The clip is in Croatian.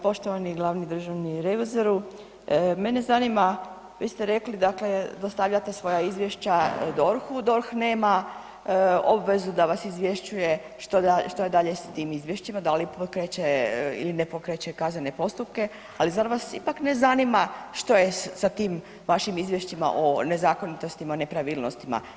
Poštovani glavni državni revizoru, mene zanima, vi ste rekli, dakle dostavljate svoja izvješća DORH-u, DORH nema obvezu da vas izvješćuje što dalje s tim izvješćima, da li pokreće ili ne pokreće kaznene postupke, ali zar vas ipak ne zanima što je sa tim vašim izvješćima o nezakonitostima i o nepravilnostima?